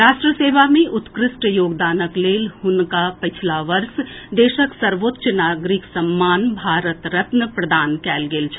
राष्ट्र सेवा मे उत्कृष्ट योगदानक लेल हुनका पछिला वर्ष देशक सर्वोच्च नागरिक सम्मान भारत रत्न प्रदान कएल गेल छल